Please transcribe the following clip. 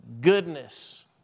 goodness